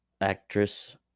actress